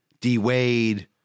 D-Wade